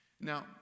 Now